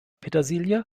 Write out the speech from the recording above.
petersilie